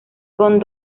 con